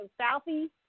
southeast